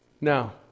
Now